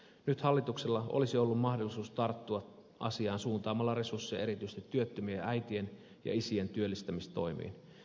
nyt hallituksella olisi ollut mahdollisuus tarttua asiaan suuntaamalla resursseja erityisesti työttömien äitien ja isien työllistämistoimiin